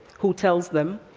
who tells them,